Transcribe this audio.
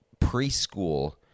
preschool